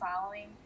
following